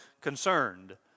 concerned